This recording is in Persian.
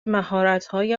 مهارتهای